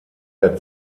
der